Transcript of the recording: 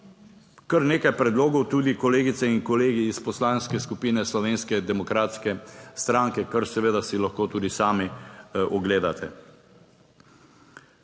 kar nekaj predlogov tudi kolegice in kolegi iz Poslanske skupine Slovenske demokratske stranke, kar seveda si lahko tudi sami ogledate.